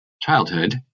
childhood